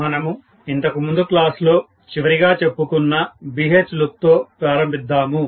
మనము ఇంతకు ముందు క్లాస్ లో చివరిగా చెప్పుకున్న BH లూప్ తో ప్రారంభిద్దాము